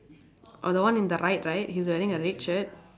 orh the one in the right right he's wearing a red shirt